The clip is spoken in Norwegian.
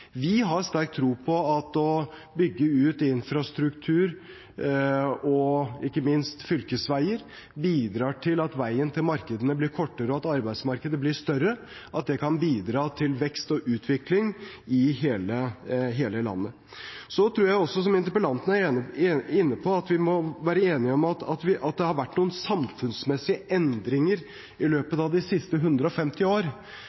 Vi har sterk tro på at det å bygge ut infrastruktur og ikke minst fylkesveier bidrar til at veien til markedene blir kortere, og at arbeidsmarkedet blir større, og at det kan bidra til vekst og utvikling i hele landet. Så tror jeg også, som interpellanten er inne på, at vi må være enige om at det har vært noen samfunnsmessige endringer i